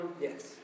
yes